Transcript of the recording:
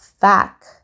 fact